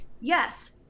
yes